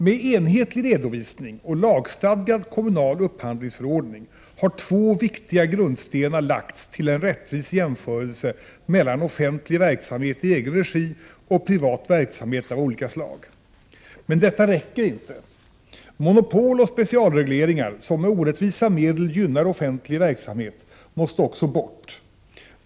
Med enhetlig redovisning och lagstadgad kommunal upphandlingsförordning har två viktiga grundstenar lagts till en rättvis jämförelse mellan offentlig verksamhet i egen regi och privat verksamhet av olika slag. Men detta räcker inte — monopol och specialregleringar, som med orättvisa medel gynnar offentlig verksamhet, måste också bort.